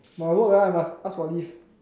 but I work ah I must ask for leave